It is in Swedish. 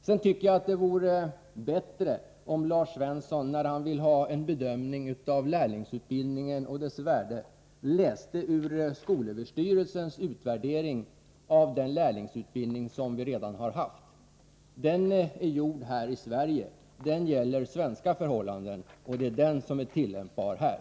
Sedan tycker jag att Lars Svensson borde, om han är intresserad av en bedömning av lärlingsutbildningen och dess värde, ta del av skolöverstyrelsens utvärdering av den lärlingsutbildning som redan införts. Utvärderingen är gjord här i Sverige. Den gäller svenska förhållanden, och det är den som är tillämpbar här.